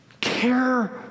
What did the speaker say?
Care